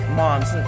moms